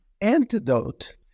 antidote